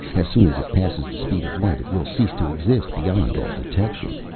as soon as it passes the speed of light it will cease to exist beyond all detection.